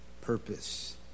purpose